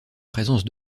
présence